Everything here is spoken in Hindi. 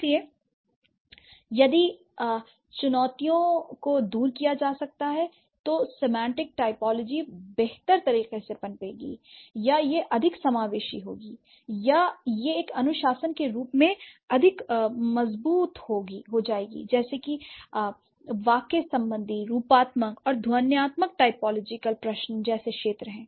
इसलिए यदि चुनौतियों को दूर किया जा सकता है तो सेमांटिक टाइपोलॉजी बेहतर तरीके से पनपेगी या यह अधिक समावेशी होगी या यह एक अनुशासन के रूप में अधिक मजबूत हो जाएगी जैसे कि वाक्य संबंधी रूपात्मक और ध्वन्यात्मक टाइपोलॉजिकल प्रश्न जैसे क्षेत्र हैं